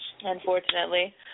Unfortunately